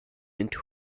into